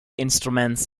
instruments